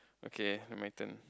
okay now my turn